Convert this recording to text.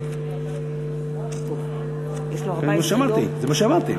זה מה שאמרתי.